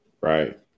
Right